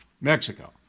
Mexico